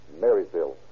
Marysville